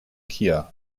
kia